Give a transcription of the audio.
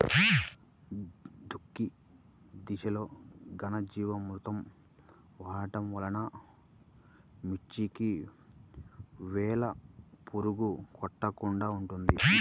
దుక్కి దశలో ఘనజీవామృతం వాడటం వలన మిర్చికి వేలు పురుగు కొట్టకుండా ఉంటుంది?